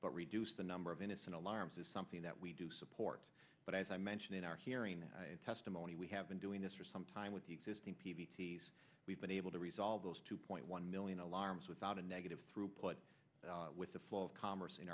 but reduce the number of innocent alarms is something that we do support but as i mentioned in our hearing testimony we have been doing this for some time with the existing p v t we've been able to resolve those two point one million alarms without a negative throughput with the flow of co